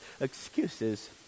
excuses